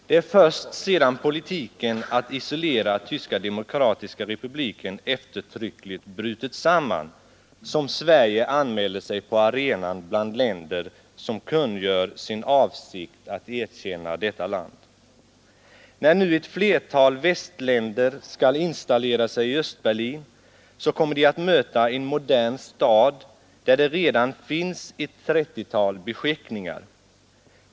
Det är först sedan politiken att isolera Tyska demokratiska republiken eftertryckligt brutit samman som Sverige anmäler sig på arenan bland länder som kungör sin avsikt att erkänna detta land. När nu ett flertal västländer skall installera sig i Östberlin kommer de att möta en modern stad, där det redan finns ett 30-tal beskickningar.